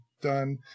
done